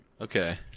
Okay